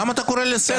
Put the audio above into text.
למה אתה קורא אותי לסדר?